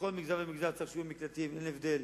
בכל מגזר ומגזר צריך שיהיו מקלטים, ואין הבדל.